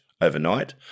overnight